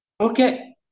Okay